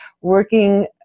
working